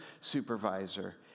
supervisor